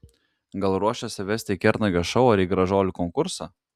gal ruošiasi vesti į kernagio šou ar į gražuolių konkursą